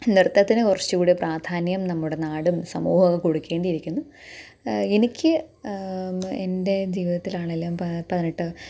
നൃത്തത്തിന് കുറച്ചു കൂടെ പ്രാധാന്യം നമ്മുടെ നാടും സമൂഹമൊക്കെ കൊടുക്കേണ്ടിയിരിക്കുന്നു എനിക്ക് എന്റെ ജീവിതത്തിലാണെങ്കിലും പതിനെട്ട്